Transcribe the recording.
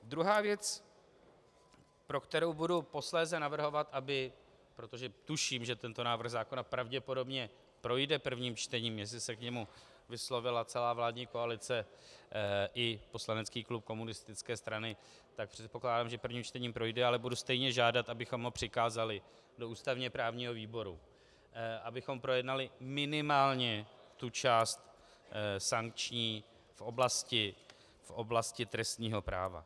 Druhá věc, pro kterou budu posléze navrhovat, protože tuším, že tento návrh zákona pravděpodobně projde prvním čtením, jestli se k němu vyslovila celá vládní koalice i poslanecký klub komunistické strany, tak předpokládám, že prvním čtením projde, ale stejně budu žádat, abychom ho přikázali do ústavněprávního výboru, abychom projednali minimálně tu část sankční v oblasti trestního práva.